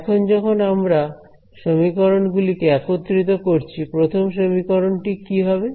এখন যখন আমরা সমীকরণ গুলিকে একত্রিত করছি প্রথম সমীকরণটি কি হবে